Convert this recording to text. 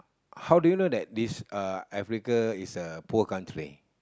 how do you know that this uh Africa is a poor country